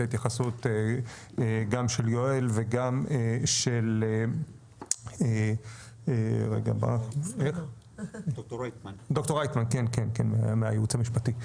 ההתייחסות גם של יואל וגם של ד"ר רויטמן מהייעוץ המשפטי.